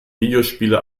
videospiele